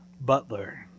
Butler